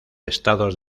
estados